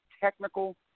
technical